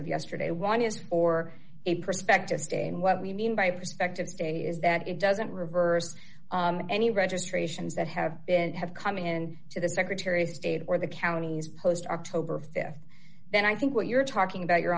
of yesterday one is or a prospective stay and what we mean by prospective state is that it doesn't reverse any registrations that have been have come in to the secretary of state or the counties post october th then i think what you're talking about your